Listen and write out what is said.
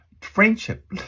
friendship